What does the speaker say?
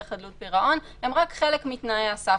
חדלות פירעון הם רק חלק מתנאי הסף.